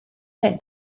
hyn